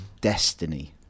Destiny